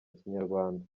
kinyarwanda